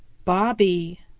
bobby,